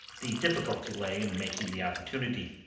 the difficulty lay in making the opportunity.